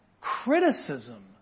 Criticism